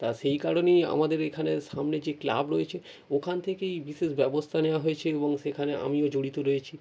তা সেই কারণেই আমাদের এখানে সামনে যে ক্লাব রয়েছে ওখান থেকেই বিশেষ ব্যবস্তা নেওয়া হয়েছে এবং সেখানে আমিও জড়িত রয়েছি